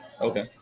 Okay